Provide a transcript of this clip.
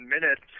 minutes